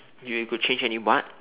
if you could change any what